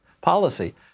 policy